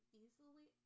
easily